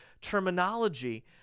terminology